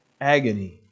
Agony